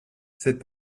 cette